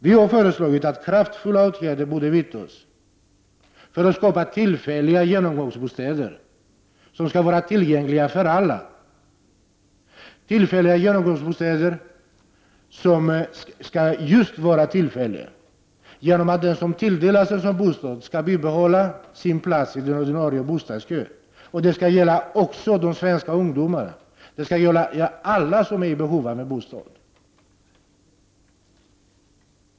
Vpk har föreslagit en kraftfull satsning på åtgärder för att skapa tillfälliga genomgångsbostäder för alla som är i omedelbart behov av en bostad. Dessa bostäder skall vara just tillfälliga. Den som tilldelas en sådan bostad skall behålla sin plats i den ordinarie bostadskön. Dessa tillfälliga bostäder skall kunna tilldelas även svenska ungdomar och alla som är i behov av en bostad.